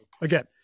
again